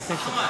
שתדבר בשמם?